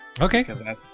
Okay